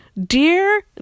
Dear